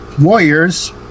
Warriors